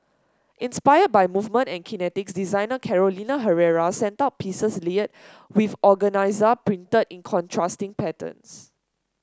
inspired by movement and kinetics designer Carolina Herrera sent out pieces layered with organza printed in contrasting patterns